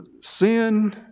sin